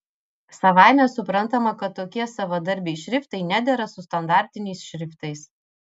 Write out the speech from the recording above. savaime suprantama kad tokie savadarbiai šriftai nedera su standartiniais šriftais